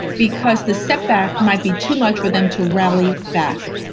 because, the set back might be too much for them to rally back.